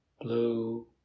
blue